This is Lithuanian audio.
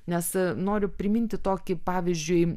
nes noriu priminti tokį pavyzdžiui